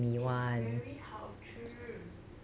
it's very 好吃